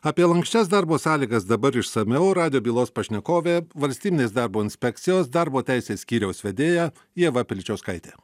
apie lanksčias darbo sąlygas dabar išsamiau radijo bylos pašnekovė valstybinės darbo inspekcijos darbo teisės skyriaus vedėja ieva piličiauskaitė